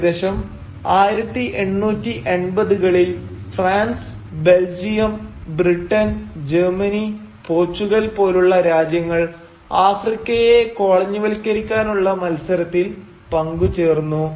ഏകദേശം 1880 കളിൽ France Belgium Britain Germany Portugal പോലുള്ള രാജ്യങ്ങൾ ആഫ്രിക്കയെ കോളനിവൽക്കരിക്കാനുള്ള മത്സരത്തിൽ പങ്കു ചേർന്നു